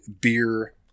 beer